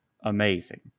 amazing